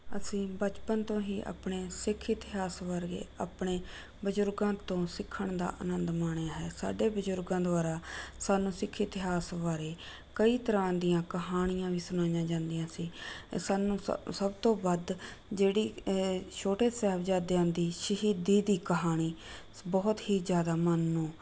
ਅਸੀਂ ਬਚਪਨ ਤੋਂ ਹੀ ਆਪਣੇ ਸਿੱਖ ਇਤਿਹਾਸ ਬਾਰੇ ਆਪਣੇ ਬਜ਼ੁਰਗਾਂ ਤੋਂ ਸਿੱਖਣ ਦਾ ਅਨੰਦ ਮਾਣਿਆ ਹੈ ਸਾਡੇ ਬਜ਼ੁਰਗਾਂ ਦੁਆਰਾ ਸਾਨੂੰ ਸਿੱਖ ਇਤਿਹਾਸ ਬਾਰੇ ਕਈ ਤਰ੍ਹਾਂ ਦੀਆਂ ਕਹਾਣੀਆਂ ਵੀ ਸੁਣਾਈਆਂ ਜਾਂਦੀਆਂ ਸੀ ਸਾਨੂੰ ਸ ਸਭ ਤੋਂ ਵੱਧ ਜਿਹੜੀ ਛੋਟੇ ਸਾਹਿਬਜ਼ਾਦਿਆਂ ਦੀ ਸ਼ਹੀਦੀ ਦੀ ਕਹਾਣੀ ਬਹੁਤ ਹੀ ਜ਼ਿਆਦਾ ਮਨ ਨੂੰ